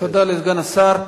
תודה לסגן השר.